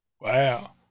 Wow